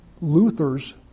Luther's